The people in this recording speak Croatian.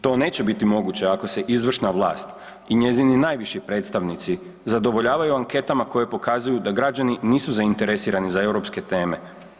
To neće biti moguće ako se izvršna vlast i njezini najviši predstavnici zadovoljavaju anketama koje pokazuju da građani nisu zainteresirani za europske teme.